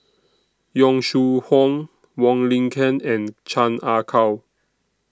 Yong Shu Hoong Wong Lin Ken and Chan Ah Kow